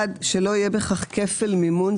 אחד, שלא יהיה בכך כפל מימון.